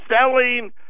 selling